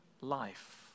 life